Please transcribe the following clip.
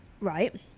Right